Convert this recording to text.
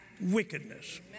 wickedness